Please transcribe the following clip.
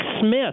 Smith